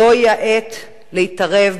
זו העת להתערב,